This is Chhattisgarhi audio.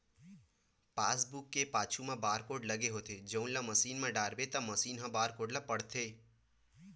पासबूक के पाछू म बारकोड लगे होथे जउन ल मसीन म डालबे त मसीन ह बारकोड ल पड़थे